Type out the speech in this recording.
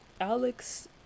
Alex